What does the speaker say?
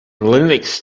linux